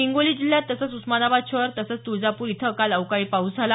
हिंगोली जिल्ह्यात तसंच उस्मानाबाद शहर तसंच तुळजापूर इथं काल अवकाळी पाऊस झाला